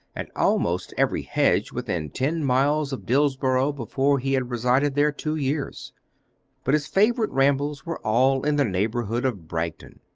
and almost every hedge within ten miles of dillsborough before he had resided there two years but his favourite rambles were all in the neighbourhood of bragton.